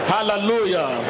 Hallelujah